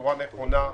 בצורה נכונה,